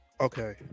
okay